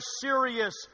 serious